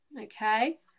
okay